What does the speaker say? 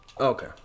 okay